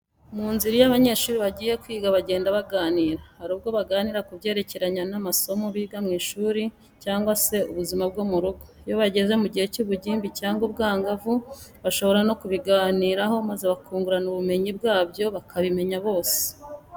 Mu nzira iyo abanyeshuri bagiye kwiga bajyenda baganira, hari ubwo baganira kubyerekeranye n'amasomo biga mu ishuri cyangwa se ubuzima bwo mu rugo. Iyo bageze mu gihe cy'ubugimbi cyangwa ubwangavu bashobora no kubiganiraho maze bakungurana ubumenyi bwabyo bakabimenya bose.